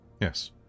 Yes